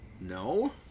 No